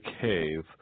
cave